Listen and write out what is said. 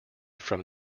from